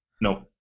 No